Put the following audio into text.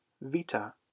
vita